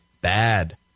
bad